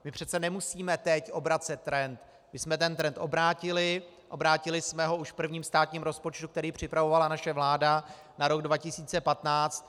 My přece nemusíme teď obracet trend, my jsme ten trend obrátili, obrátili jsme ho už v prvním státním rozpočtu, který připravovala naše vláda na rok 2015.